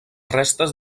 restes